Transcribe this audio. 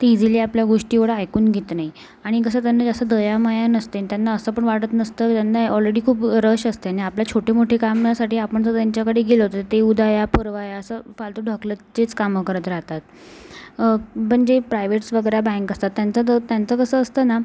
ती इझिली आपल्या गोष्टी एवढं ऐकून घेत नाही आणि कसं त्यांना जास्त दयामाया नसते अन् त्यांना असं पण वाटत नसतं त्यांना ऑलरेडी खूप रश असते आणि आपल्या छोटे मोठे कामासाठी आपण जर त्यांच्याकडे गेलो तर ते उद्या या परवा या असं फालतू ढकलतचेच कामं करत राहतात पण जे प्रायवेट्स वगैरे बँक असतात त्यांचा त्यांचं कसं असतं ना